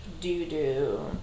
doo-doo